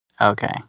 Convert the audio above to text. Okay